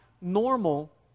normal